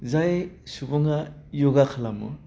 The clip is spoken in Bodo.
जाय सुबुङा य'गा खालामो